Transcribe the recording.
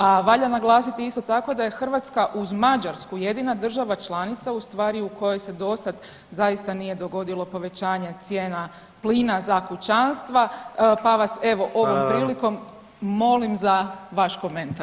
A valja naglasiti isto tako da je Hrvatska uz Mađarsku jedina država članica u stvari u kojoj se dosad zaista nije dogodilo povećanje cijena plina za kućanstva, pa vas evo ovom prilikom molim za vaš komentar.